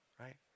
right